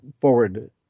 forward